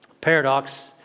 Paradox